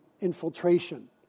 infiltration